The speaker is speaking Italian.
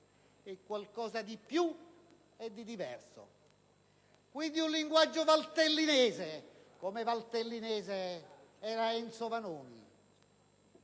è qualcosa di più e di diverso. Quindi, un linguaggio valtellinese, come valtellinese era Ezio Vanoni